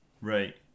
Right